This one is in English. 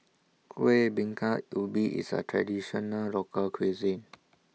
Kuih Bingka Ubi IS A Traditional Local Cuisine